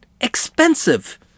expensive